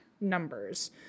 numbers